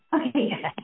Okay